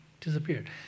disappeared